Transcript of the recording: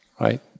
right